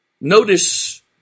Notice